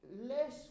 Less